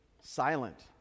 silent